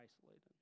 isolated